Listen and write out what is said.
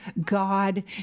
God